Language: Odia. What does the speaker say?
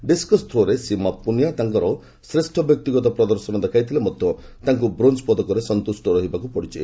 ଡିସ୍କସ୍ ଥ୍ରୋରେ ସୀମା ପୁନିଆ ତାଙ୍କର ଶ୍ରେଷ୍ଠ ବ୍ୟକ୍ତିଗତ ପ୍ରଦର୍ଶନ ଦେଖାଇଥିଲେ ମଧ୍ୟ ତାଙ୍କୁ ବ୍ରୋଞ୍ଜ୍ ପଦକରେ ସନ୍ତୁଷ୍ଟ ରହିବାକୁ ପଡ଼ିଛି